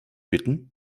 bitten